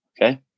Okay